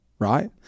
Right